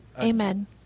Amen